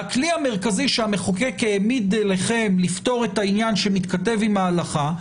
הכלי המרכזי שהמחוקק העמיד לכם לפתור את העניין שמתכתב עם ההלכה,